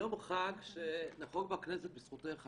יום חג שנחוג בכנסת בזכותך,